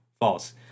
false